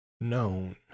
known